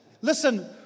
Listen